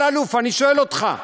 אלאלוף, אני שואל אותך.